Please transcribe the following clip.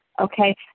okay